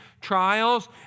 trials